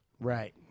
Right